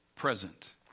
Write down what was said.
present